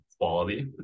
quality